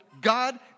God